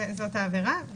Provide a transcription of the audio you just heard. זו העבירה.